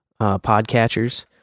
podcatchers